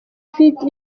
vidi